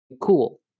cool